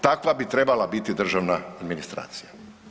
Takva bi trebala biti državna administracija.